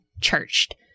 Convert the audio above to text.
churched